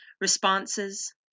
Responses